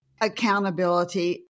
accountability